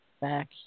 back